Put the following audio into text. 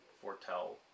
foretell